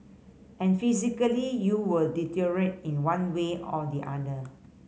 and physically you will deteriorate in one way or the other